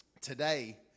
today